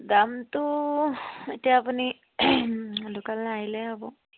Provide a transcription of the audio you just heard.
দামটো এতিয়া আপুনি দোকানলে আহিলে হ'ব